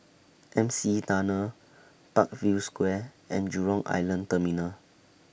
M C E Tunnel Parkview Square and Jurong Island Terminal